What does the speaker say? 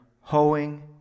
hoeing